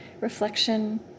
reflection